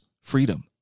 freedom